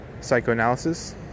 psychoanalysis